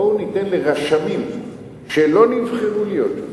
בואו ניתן לרשמים שלא נבחרו להיות שופטים,